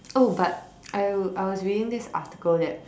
oh but I I was reading this article that